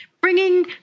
bringing